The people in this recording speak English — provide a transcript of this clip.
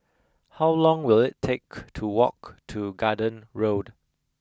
how long will it take to walk to Garden Road